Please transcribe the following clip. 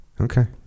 okay